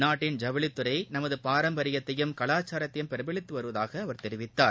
நாட்டின்ஜவுளித்துறைநமதுபாரம்பரியத்தையும்கலாச் சாரத்தையும்பிரதிபலித்துவருவதாகஆர்தெரிவித்தார்